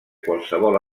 qualsevol